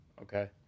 Okay